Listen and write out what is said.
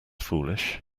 foolish